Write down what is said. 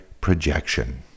projection